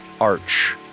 arch